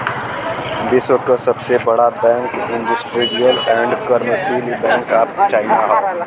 विश्व क सबसे बड़ा bank industrial and commercial bank of China हौ